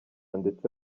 ndetse